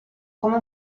come